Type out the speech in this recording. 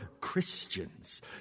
Christians